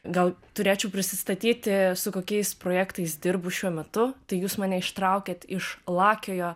gal turėčiau prisistatyti su kokiais projektais dirbu šiuo metu tai jūs mane ištraukėt iš lakiojo